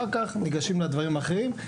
אחר כך ניגשים לדברים האחרים,